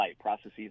processes